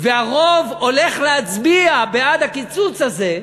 והרוב הולך להצביע בעד הקיצוץ הזה.